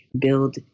build